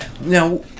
now